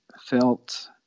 felt